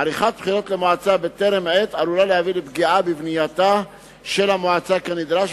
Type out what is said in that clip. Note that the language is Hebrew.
עריכת בחירות למועצה בטרם עת עלולה להביא לפגיעה בבניית המועצה כנדרש,